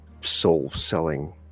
soul-selling